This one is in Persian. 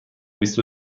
بیست